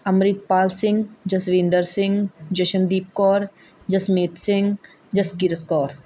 Amritpal Singh Jaswinder Singh Jashandeep Kaur Jasmeet Singh Jaskirat Kaur